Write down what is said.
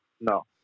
no